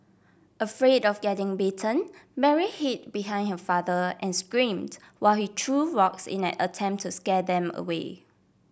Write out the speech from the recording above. afraid of getting bitten Mary hid behind her father and screamed while he threw rocks in an attempt to scare them away